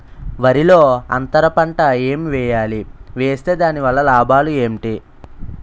వరిలో అంతర పంట ఎం వేయాలి? వేస్తే దాని వల్ల లాభాలు ఏంటి?